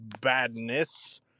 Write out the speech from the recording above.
Badness